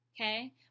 Okay